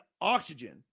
oxygen